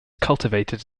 cultivated